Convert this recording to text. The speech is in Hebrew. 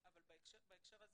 ממש לא